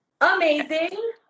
amazing